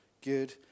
good